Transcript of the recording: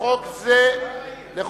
תודה רבה.